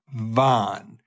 Vaughn